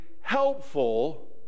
helpful